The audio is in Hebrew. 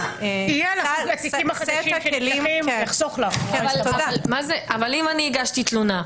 רוצים שסט הכלים- -- אבל אם הגשתי תלונה.